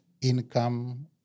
income